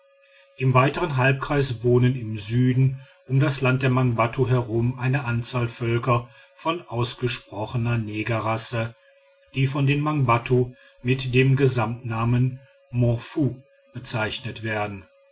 im weiten halbkreis wohnen im süden um das land der mangbattu herum eine anzahl völker von ausgesprochener negerrasse die von den mangbattu mit dem gesamtnamen momfu bezeichnet werden